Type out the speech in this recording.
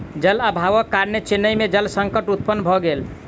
जल अभावक कारणेँ चेन्नई में जल संकट उत्पन्न भ गेल